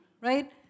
right